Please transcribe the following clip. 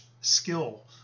skill